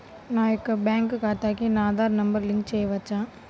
నా యొక్క బ్యాంక్ ఖాతాకి నా ఆధార్ నంబర్ లింక్ చేయవచ్చా?